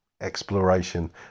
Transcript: exploration